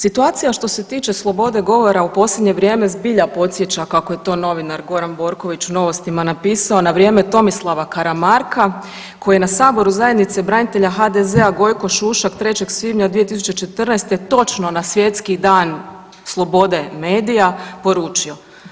Situacija što se tiče slobode govora u posljednje vrijeme zbilja podsjeća kako je to novinar Goran Borković u Novostima napisao na vrijeme Tomislava Karamarka koji je na saboru Zajednice branitelja HDZ-a Gojko Šušak 3. svibnja 2014. točno na Svjetski dan slobode medija poručio.